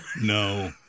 No